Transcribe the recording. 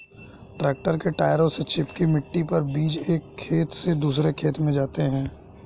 tractor के टायरों से चिपकी मिट्टी पर बीज एक खेत से दूसरे खेत में जाते है